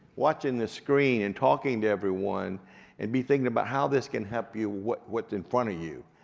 watching this screen and talking to everyone and be thinking about how this can help you with what's in front of you,